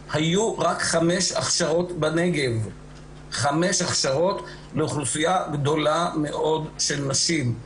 היו רק חמש הכשרות בנגב לאוכלוסייה גדולה מאוד של נשים.